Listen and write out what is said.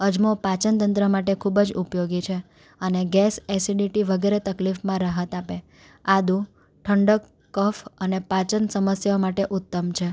અજમો પાચન તંત્ર માટે ખૂબ જ ઉપયોગી છે અને ગેસ એસિડિટી વગેરે તકલીફમાં રાહત આપે આદું ઠંડક કફ અને પાચન સમસ્યાઓ માટે ઉત્તમ છે